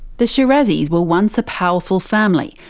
the shirazis were once a powerful family,